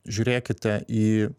žiūrėkite į